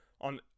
on